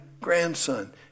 grandson